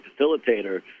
facilitator